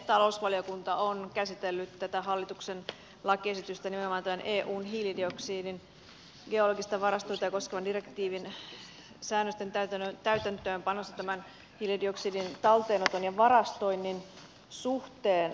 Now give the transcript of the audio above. talousvaliokunta on käsitellyt tätä hallituksen lakiesitystä nimenomaan eun hiilidioksidin geologista varastointia koskevan direktiivin säännösten täytäntöönpanossa tämän hiilidioksidin talteenoton ja varastoinnin suhteen